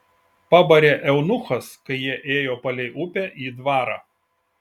pabarė eunuchas kai jie ėjo palei upę į dvarą